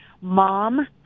Mom